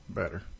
better